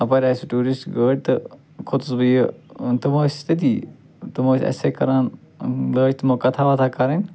اَپٲرۍ آیہ سُہ ٹوٗرسٹ گٲڑۍ تہٕ کھوٚتُس بہٕ یہِ تہٕ وۄنۍ ٲسۍ أسۍ تٔتی تِم ٲسۍ اَسہِ سۭتۍ کَران لٲج تمو کَتھاہ وَتھاہ کَرٕنۍ